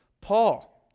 Paul